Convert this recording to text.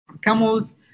Camel's